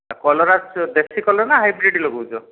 କଲରା ଦେଶୀ କଲରା ନା ହାଇବ୍ରିଡ଼୍ ଲଗାଉଛ